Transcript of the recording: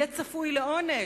יהיה צפוי לעונש.